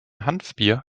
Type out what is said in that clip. hanfbier